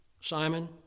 Simon